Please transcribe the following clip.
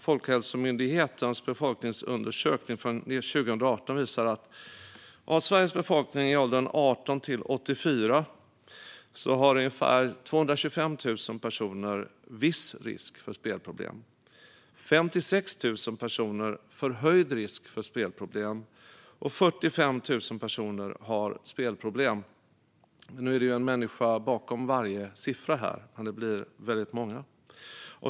Folkhälsomyndighetens befolkningsundersökning från 2018 visade att av Sveriges befolkning i åldern 18-84 så löper ungefär 225 000 personer viss risk för spelproblem, medan 56 000 löper förhöjd risk för spelproblem och 45 000 personer har spelproblem. Nu finns det ju en människa bakom varje siffra, men det blir väldigt många.